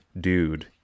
dude